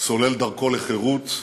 סולל דרכו לחירות,